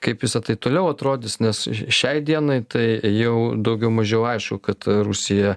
kaip visa tai toliau atrodys nes šiai dienai tai jau daugiau mažiau aišku kad rusija